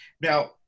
now